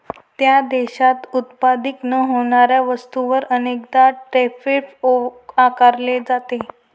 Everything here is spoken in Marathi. त्या देशात उत्पादित न होणाऱ्या वस्तूंवर अनेकदा टैरिफ आकारले जाते